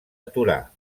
aturar